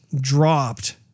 dropped